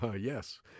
Yes